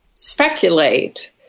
speculate